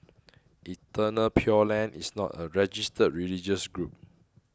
Eternal Pure Land is not a registered religious group